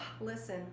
Listen